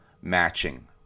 matching